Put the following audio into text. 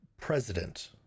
president